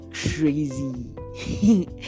crazy